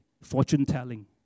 fortune-telling